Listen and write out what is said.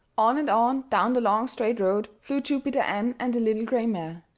on and on down the long straight road flew jupiter ann and the little gray mare.